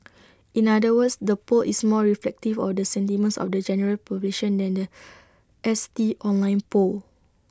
in other words the poll is more reflective of the sentiments of the general population than The S T online poll